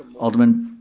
alderman,